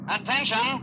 Attention